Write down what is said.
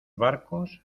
barcos